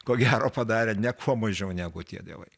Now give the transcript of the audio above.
ko gero padarė ne kuo mažiau negu tie dievai